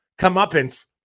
comeuppance